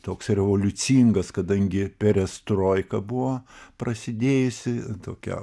toks revoliucingas kadangi perestroika buvo prasidėjusi tokia